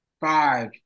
five